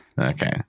Okay